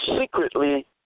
secretly